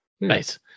nice